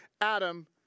Adam